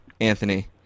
Anthony